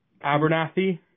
Abernathy